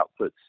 outputs